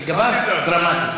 לגביו, דרמטית.